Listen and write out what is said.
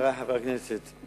חברי חברי הכנסת,